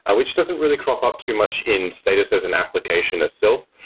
ah which doesn't really crop up too much in status as an application itself.